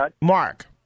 Mark